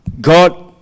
God